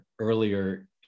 earlier